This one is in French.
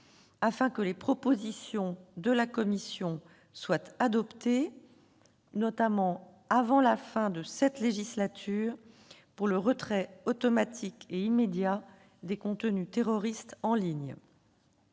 afin que les propositions de la Commission européenne soient adoptées, notamment avant la fin de la législature, pour le retrait automatique et immédiat des contenus terroristes en ligne.